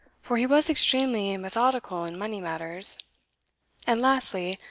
for he was extremely methodical in money matters and lastly,